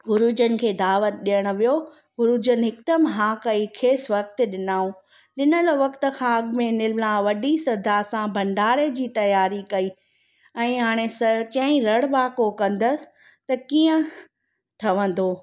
गुरुजनि खे दावत ॾियण वियो गुरुजनि हिकदमि हा कई खेसि वक़्तु ॾिनऊं ॾिनल वक़्तु खां अॻु में निर्मला वॾी सदा सां भंडारे जी तयारी कई ऐं हाणे स चई रण वाको कंदसि त कीअं ठहंदो